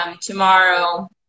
tomorrow